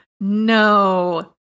no